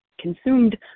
consumed